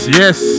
yes